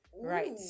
right